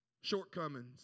shortcomings